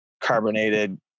carbonated